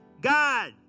God